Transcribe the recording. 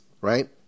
right